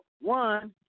one